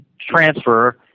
transfer